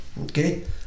Okay